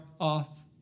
off